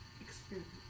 experience